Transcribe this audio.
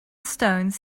stones